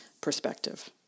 perspective